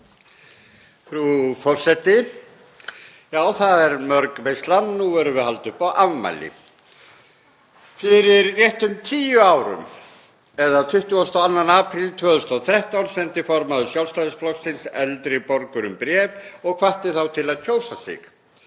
Frú forseti. Já, það er mörg veislan og nú erum við að halda upp á afmæli. Fyrir rétt um tíu árum, eða 22. apríl 2013, sendi formaður Sjálfstæðisflokksins eldri borgurum bréf og hvatti þá til að kjósa sig.